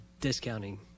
discounting